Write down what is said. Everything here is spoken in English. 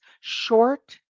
short